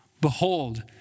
behold